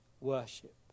worship